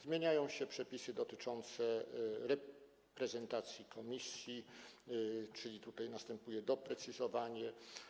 Zmieniają się przepisy dotyczące reprezentacji komisji, czyli następuje doprecyzowanie.